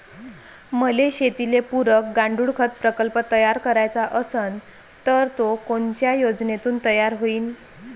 मले शेतीले पुरक गांडूळखत प्रकल्प तयार करायचा असन तर तो कोनच्या योजनेतून तयार होईन?